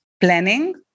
planning